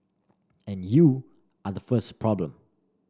and you are the first problem